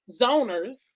zoners